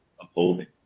upholding